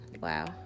Wow